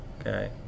Okay